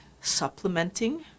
supplementing